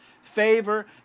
favor